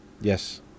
Yes